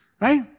right